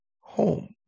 Home